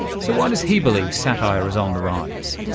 so why does he believe satire is on the rise?